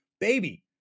Baby